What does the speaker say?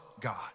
God